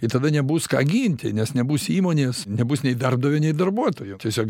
ir tada nebus ką ginti nes nebus įmonės nebus nei darbdavio nei darbuotojo tiesiog